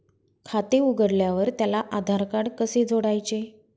खाते उघडल्यावर त्याला आधारकार्ड कसे जोडायचे?